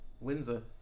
Windsor